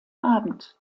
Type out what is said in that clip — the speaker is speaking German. abend